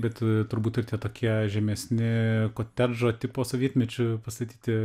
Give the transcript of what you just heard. bet turbūt ir tie tokie žemesni kotedžo tipo sovietmečiu pastatyti